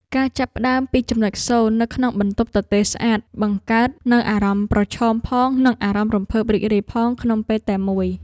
ការចាប់ផ្ដើមពីចំណុចសូន្យនៅក្នុងបន្ទប់ទទេរស្អាតបង្កើតនូវអារម្មណ៍ប្រឈមផងនិងអារម្មណ៍រំភើបរីករាយផងក្នុងពេលតែមួយ។